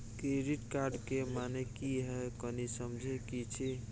Credit card के माने की हैं, कनी समझे कि छि?